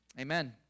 amen